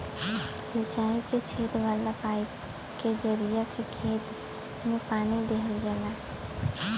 सिंचाई में छेद वाला पाईप के जरिया से खेत में पानी देहल जाला